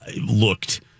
looked